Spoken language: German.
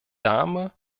dame